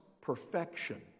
perfection